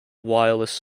wireless